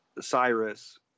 Cyrus